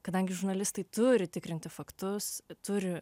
kadangi žurnalistai turi tikrinti faktus turi